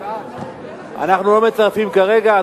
אנחנו לא מצרפים כרגע.